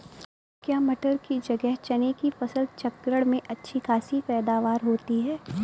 क्या मटर की जगह चने की फसल चक्रण में अच्छी खासी पैदावार होती है?